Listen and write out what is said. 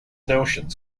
notions